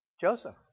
Joseph